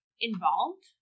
involved